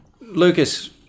Lucas